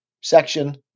Section